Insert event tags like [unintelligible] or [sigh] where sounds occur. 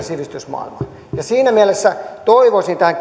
[unintelligible] sivistysmaailman näiltä leikkauksilta siinä mielessä toivoisin tähän [unintelligible]